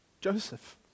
Joseph